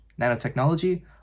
nanotechnology